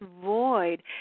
void